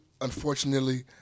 unfortunately